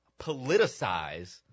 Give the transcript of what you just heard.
politicize